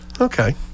Okay